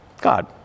god